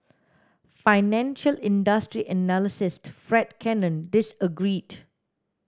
financial industry analyst Fred Cannon disagreed